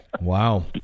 Wow